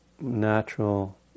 natural